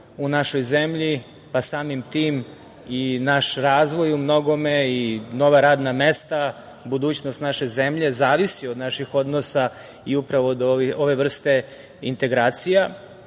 u našoj zemlji, pa samim tim i naš razvoj u mnogome i nova radna mesta, budućnost naše zemlje, zavisi od naših odnosa i upravo od ove vrste integracija. Sigurno